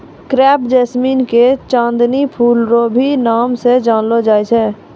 crepe jasmine के चांदनी फूल रो भी नाम से जानलो जाय छै